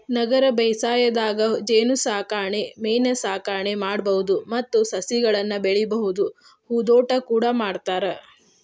ನಗರ ಬೇಸಾಯದಾಗ ಜೇನಸಾಕಣೆ ಮೇನಸಾಕಣೆ ಮಾಡ್ಬಹುದು ಮತ್ತ ಸಸಿಗಳನ್ನ ಬೆಳಿಬಹುದು ಹೂದೋಟ ಕೂಡ ಮಾಡ್ತಾರ